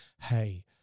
hey